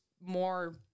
more